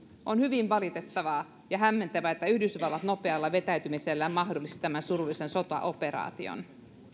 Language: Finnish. on hyvin valitettavaa ja hämmentävää että yhdysvallat nopealla vetäytymisellään mahdollisti tämän surullisen sotaoperaation